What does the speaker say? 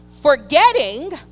Forgetting